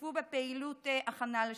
השתתפו בפעילות הכנה לשחרור.